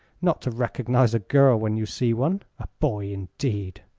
not to recognize a girl when you see one. a boy, indeed!